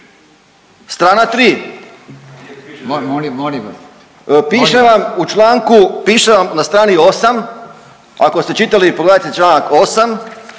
vas./... Piše vam u čl., piše vam na strani 8, ako ste čitali, pogledajte čl. 8,